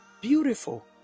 Beautiful